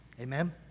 Amen